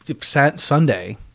Sunday